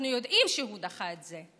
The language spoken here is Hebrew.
אנחנו יודעים שהוא דחה את זה,